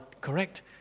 Correct